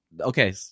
okay